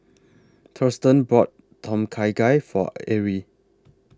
Thurston bought Tom Kha Gai For Arrie